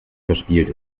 verspielt